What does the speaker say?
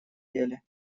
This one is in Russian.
деле